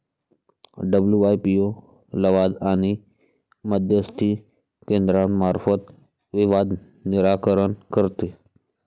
WIPO लवाद आणि मध्यस्थी केंद्रामार्फत विवाद निराकरण करते